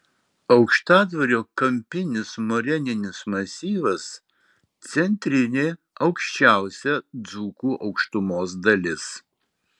aukštadvario kampinis moreninis masyvas centrinė aukščiausia dzūkų aukštumos dalis